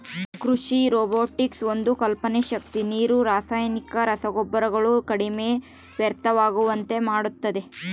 ಕೃಷಿ ರೊಬೊಟಿಕ್ಸ್ ಒಂದು ಕಲ್ಪನೆ ಶಕ್ತಿ ನೀರು ರಾಸಾಯನಿಕ ರಸಗೊಬ್ಬರಗಳು ಕಡಿಮೆ ವ್ಯರ್ಥವಾಗುವಂತೆ ಮಾಡುತ್ತದೆ